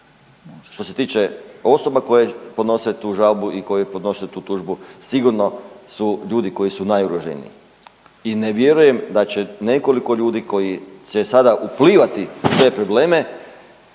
što se tiče osoba koje podnose tu žalbu i koje podnose tu tužbu sigurno su ljudi koji su najugroženiji i ne vjerujem da će nekoliko ljudi koji će sada uplivati u te probleme